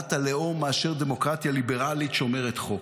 למדינת הלאום מאשר דמוקרטיה ליברלית שומרת חוק.